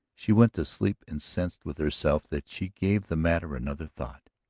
she went to sleep incensed with herself that she gave the matter another thought.